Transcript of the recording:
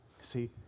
See